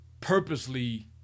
purposely